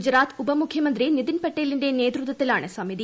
ഗുജറാത്ത് ഉപമുഖൃമ്ത്രി ്നിതിൻ പട്ടേലിന്റെ നേതൃത്വത്തി ലാണ് സമിതി